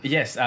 Yes